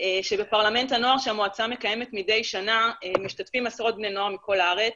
בפרלמנט הנוער שהמועצה מקיימת מדי שנה משתתפים עשרות בני נוער מכל הארץ,